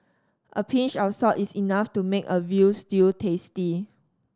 a pinch of salt is enough to make a veal stew tasty